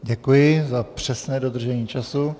Děkuji za přesné dodržení času.